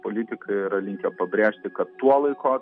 politikai yra linkę pabrėžti kad tuo laiko